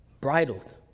bridled